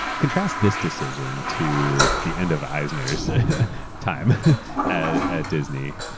contrast this decision to the end of eisner's time at at disney.